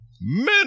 Men